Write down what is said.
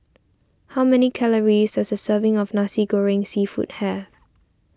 how many calories does a serving of Nasi Goreng Seafood have